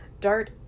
dart